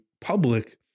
public